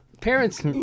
Parents